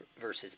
versus